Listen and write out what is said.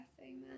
Amen